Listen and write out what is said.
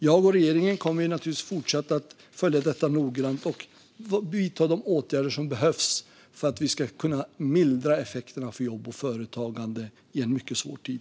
Jag och regeringen kommer att fortsätta följa detta noggrant och vidta de åtgärder som behövs för att mildra effekterna på jobb och företagande i en mycket svår tid.